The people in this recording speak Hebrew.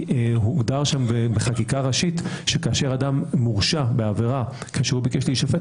הוגדר שם בחקיקה הראשית שכאשר אדם מורשע בעבירה כשהוא ביקש להישפט,